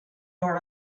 your